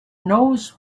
knows